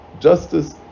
justice